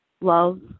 love